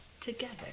together